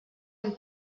amb